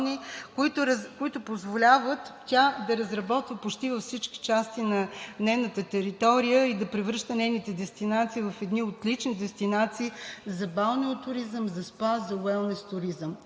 които позволяват да разработва почти всички части на нейната територия и да превръща нейните дестинации в едни отлични дестинации за балнеотуризъм, за СПА, за уелнес туризъм.